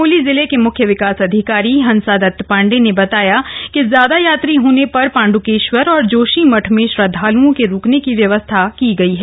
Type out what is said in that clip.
चमोली जिले के मुख्य विकास अधिकारी हंसादत पाण्डेय ने बताया कि ज्यादा यात्री होने पर पांड्केश्वर और जोशीमठ में श्रदधालुओं के रुकने की व्यवस्था की गई है